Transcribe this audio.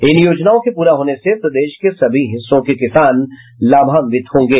इन योजनाओं के पूरा होने से प्रदेश के सभी हिस्सों के किसान लाभांवित होंगे